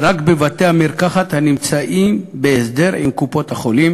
רק בבתי-מרקחת הנמצאים בהסדר עם קופת-החולים